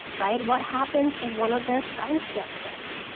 right. what happens if one of their friends get sick,